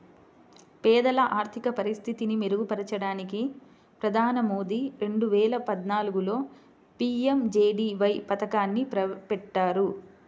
పేదల ఆర్థిక పరిస్థితిని మెరుగుపరచడానికి ప్రధాని మోదీ రెండు వేల పద్నాలుగులో పీ.ఎం.జే.డీ.వై పథకాన్ని పెట్టారు